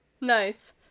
nice